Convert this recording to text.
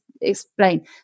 explain